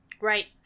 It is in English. Right